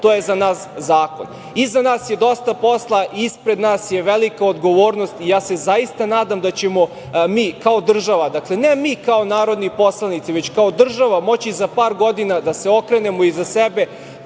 to je za nas zakon. Iza nas je dosta posla, ispred nas je velika odgovornost. Ja se zaista nadam da ćemo mi kao država, dakle, ne kao mi narodni poslanici, već kao država, moći za par godina da se okrenemo iza sebe,